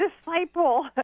disciple